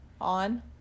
On